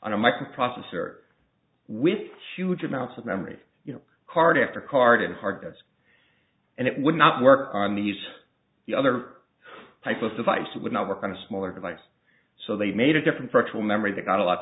on a microprocessor with huge amounts of memory you know card after card and hard bits and it would not work on these other type of device would not work on a smaller device so they made a different virtual memory they got a lot